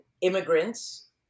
immigrants